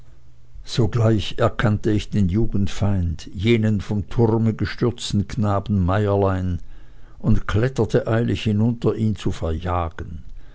sogleich erkannte ich den jugendfeind jenen vom turme gestürzten knaben meierlein und kletterte eilig hinunter ihn zu verjagen